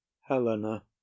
helena